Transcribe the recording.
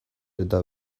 eta